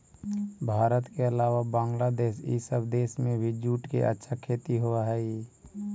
भारत के अलावा बंग्लादेश इ सब देश में भी जूट के अच्छा खेती होवऽ हई